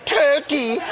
turkey